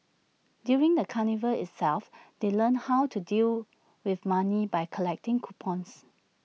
during the carnival itself they learnt how to deal with money by collecting coupons